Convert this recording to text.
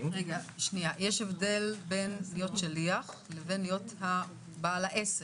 --- יש הבדל בין להיות שליח לבין להיות בעל העסק.